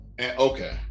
Okay